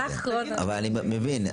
אבל אני מבין,